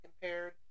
compared